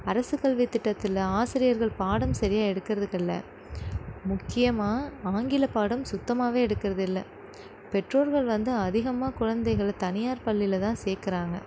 அரசுக் கல்வித் திட்டத்தில் ஆசிரியர்கள் பாடம் சரியாக எடுக்கிறது இல்லை முக்கியமாக ஆங்கில பாடம் சுத்தமாகவே எடுக்கிறது இல்லை பெற்றோர்கள் வந்து அதிகமாக குழந்தைகளை தனியார் பள்ளியில் தான் சேர்க்குறாங்க